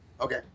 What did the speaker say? Okay